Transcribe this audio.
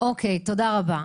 תודה רבה.